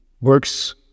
works